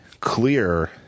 clear